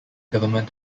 government